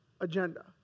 agenda